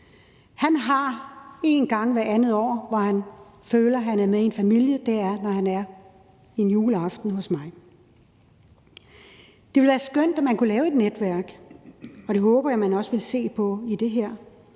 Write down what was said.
Han har en gang hvert andet år, hvor han føler, at han er med i en familie, og det er, når han holder juleaften hos mig. Det ville være skønt, hvis man kunne lave et netværk, og det håber jeg også at man vil se på i det her